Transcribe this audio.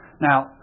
Now